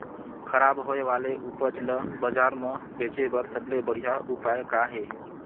खराब होए वाले उपज ल बाजार म बेचे बर सबले बढ़िया उपाय का हे?